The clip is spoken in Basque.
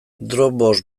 dropbox